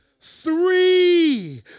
three